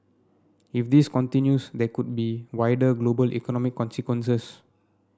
if this continues there could be wider global economic consequences